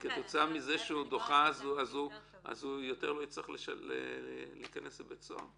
וכתוצאה מזה שדוחים לו אז הוא לא יצטרך יותר להיכנס לבית סוהר?